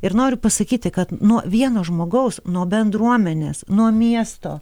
ir noriu pasakyti kad nuo vieno žmogaus nuo bendruomenės nuo miesto